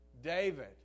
David